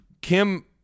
Kim